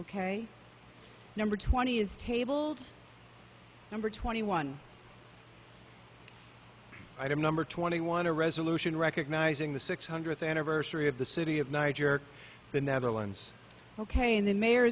ok number twenty is tabled number twenty one item number twenty one a resolution recognizing the six hundredth anniversary of the city of niger the netherlands ok and the mayor